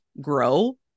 grow